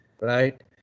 right